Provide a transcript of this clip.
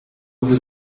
vous